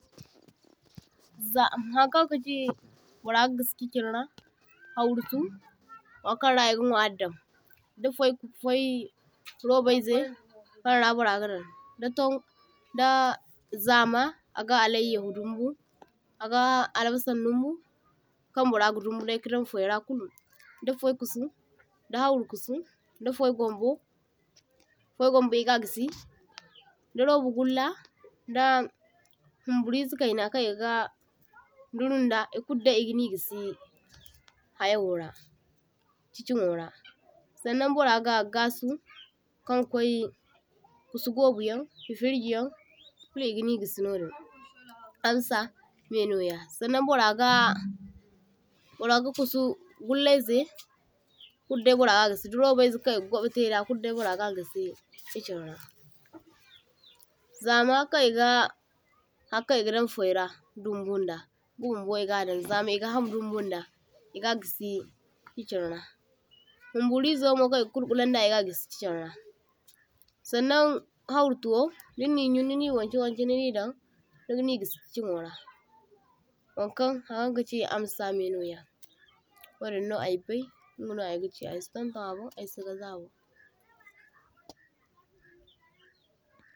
toh – toh Za Hankaŋ kachi burra gagisi kichinra, hawru kusu waŋ kaŋra e’ga nwari daŋ dafai fai robaizai kaŋra burra gadaŋ, da ton da zama aga alayyahu dumbu aga albasaŋ dumbu kaŋ burra ga dumbudai kadaŋ fai’ra kulu, da fai’kusu, da hawru kusu, da fai gambo fai gambo e’ga gisi, da roba gulla, da humburizai kaina kaŋ e’ga durunda e’kuldai e’gani gisi hayawora kichinwora, sannaŋ burra ga gasu kaŋ kwai kusu gobuyaŋ da firjiyaŋ kulu e’gani gisi nodin, amsa mainoya. Sannaŋ burraga burraga kusu gullayzai kuddai burra ga gisi da robayzai kaŋ e’ga gwabi taida kuldai burra ga gisi kichinra, zama kaŋ e’ga hankaŋ e’gadaŋ fai’ra dumbunda inga bunbo e’gadaŋ, zama e’ga ham dumbunda, e’ga gisi kichinra, humburizomo kaŋ e’ga kulkulanda e’ga gisi kichinra. Sannaŋ hawru tuwo dinni yunu nini waŋkai waŋkai nini daŋ nigini gisi kichinwo ra, wankaŋ hankaŋ kachi a amsa mai noya, wadinno aybai ingano ay gachi, aysi tonton abon aysi zabu abon.